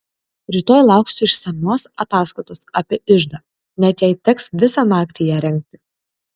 rytoj lauksiu išsamios ataskaitos apie iždą net jei teks visą naktį ją rengti